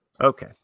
Okay